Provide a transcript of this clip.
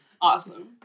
Awesome